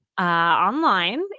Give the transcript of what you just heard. online